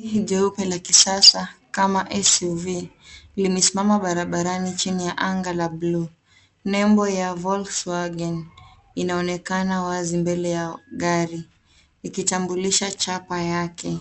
Gari jeupe la kisasa kama SUV nimesimama barabarani chini ya anga la bluu nembo ya Volkswagen inaonekana wazi mbele ya gari ikitambulisha chapa yake.